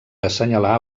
assenyalar